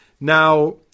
now